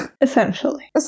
essentially